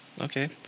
Okay